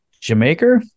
jamaica